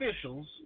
officials